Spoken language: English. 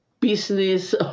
Business